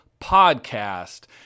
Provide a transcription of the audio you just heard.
Podcast